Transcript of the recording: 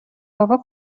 بابا